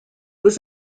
was